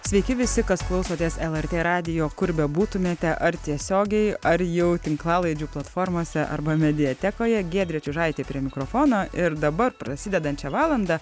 sveiki visi kas klausotės lrt radijo kur bebūtumėte ar tiesiogiai ar jau tinklalaidžių platformose arba mediatekoje giedrė čiužaitė prie mikrofono ir dabar prasidedančią valandą